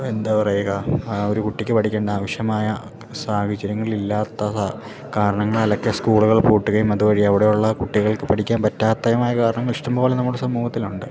എന്താ പറയുക ആ ഒരു കുട്ടിക്ക് പഠിക്കേണ്ട ആവശ്യമായ സാഹചര്യങ്ങളില്ലാത്ത സ കാരണങ്ങളാലൊക്കെ സ്കൂളുകൾ പൂട്ടുകയും അതുവഴി അവിടെ ഉള്ള കുട്ടികൾക്ക് പഠിക്കാൻ പറ്റാത്തതുമായ കാരണങ്ങൾ ഇഷ്ടം പോലെ നമ്മുടെ സമൂഹത്തിലുണ്ട്